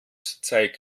zeigt